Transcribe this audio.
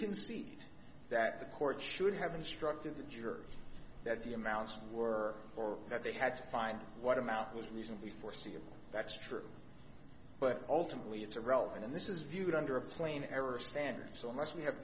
concede that the court should have instructed the jury that the amounts were or that they had to find what amount was reasonably foreseeable that's true but ultimately it's a relevant and this is viewed under a plain error standard so unless we have